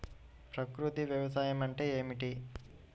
ప్రకృతి వ్యవసాయం అంటే ఏమిటి?